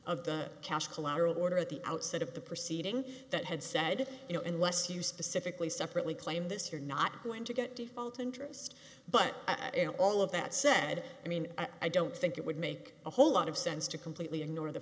of that cash collateral order at the outset of the proceeding that had said you know unless you specifically separately claim this you're not going to get default interest but all of that said i mean i don't think it would make a whole lot of sense to completely ignore the